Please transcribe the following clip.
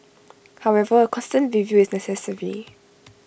however A constant review is necessary